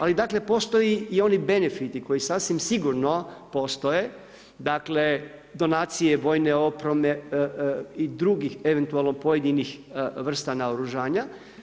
Ali dakle, postoje i oni benefiti koji sasvim sigurno postoje, dakle donacije vojne opreme, i drugih eventualno pojedinih vrsta naoružanja.